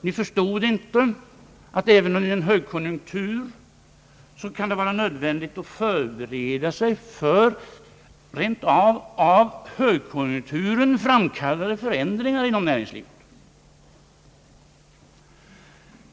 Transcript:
Ni förstod inte att det även under en högkonjunktur kan vara nödvändigt att förbereda sig för — rent av av högkonjunkturen framkallade — förändringar inom näringslivet.